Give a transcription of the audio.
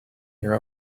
your